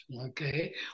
Okay